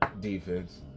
Defense